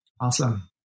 Awesome